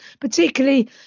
particularly